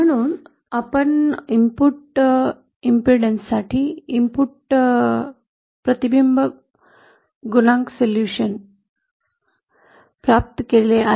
म्हणून आपण इनपुट प्रतिबाधा साठी इनपुट प्रतिबिंब गुणकांसोल्यूशन प्राप्त केले आहे